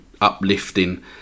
uplifting